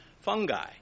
fungi